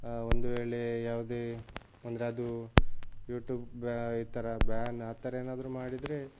ಒಂದು ವೇಳೆ ಯಾವುದೇ ಅಂದರೆ ಅದು ಯೂಟ್ಯೂಬ್ ಈ ಥರ ಬ್ಯಾನ್ ಆ ಥರ ಏನಾದರೂ ಮಾಡಿದರೆ